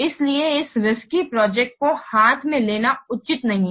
इसलिए इस risky project को हाथ में लेना उचित नहीं है